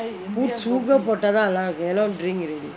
put sugar போட்டா தான் நல்லாருக்கு:potta thaan nallarukku cannot drink already